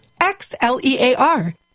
X-L-E-A-R